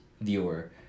viewer